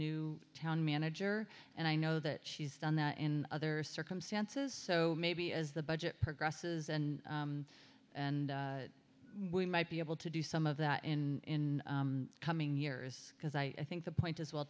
new town manager and i know that she's done that in other circumstances so maybe as the budget progresses and and we might be able to do some of that in coming years because i think the point is well